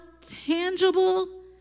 tangible